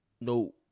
no